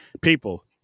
people